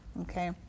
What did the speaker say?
okay